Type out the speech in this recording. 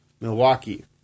Milwaukee